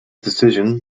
decision